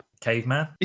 caveman